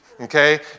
okay